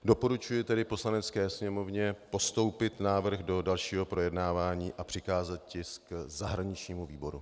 Doporučuji tedy Poslanecké sněmovně postoupit návrh do dalšího projednávání a přikázat tisk zahraničnímu výboru.